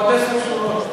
עוד עשר שורות.